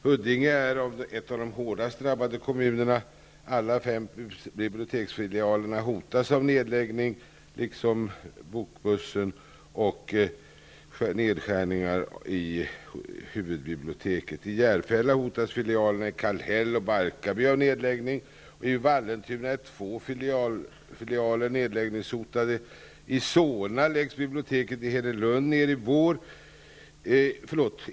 Huddinge är en av de hårdast drabbade kommunerna. Alla fem biblioteksfilialerna hotas av nedläggning liksom bokbussen, och huvudbiblioteket hotas av nedskärningar. I Järfälla hotas filialerna i Kallhäll och Barkarby av nedläggning. I Vallentuna är två filialer nedläggningshotade. I Sollentuna läggs biblioteket i Helenelund ned i vår.